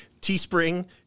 teespring